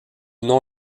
nom